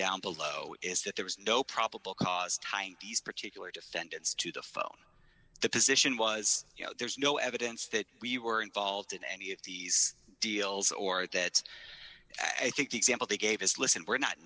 down below is that there was no probable cause tying these particular defendants to the phone the position was you know there's no evidence that we were involved in any of these deals or that i think the example they gave us listen we're not